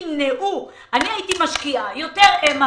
אני הייתי משקיעה יותר MRI